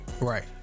right